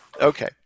Okay